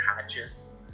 hatches